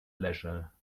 leisure